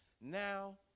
now